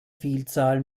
vielzahl